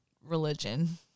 religion